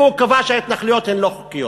והוא קבע שההתנחלויות הן לא חוקיות.